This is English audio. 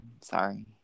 sorry